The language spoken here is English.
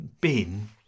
Bin